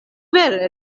vere